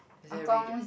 is there a radi~